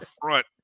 front